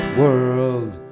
world